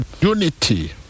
unity